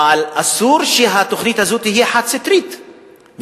אבל אסור שהתוכנית הזאת תהיה חד-סטרית,